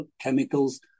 chemicals